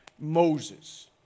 Moses